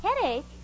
Headache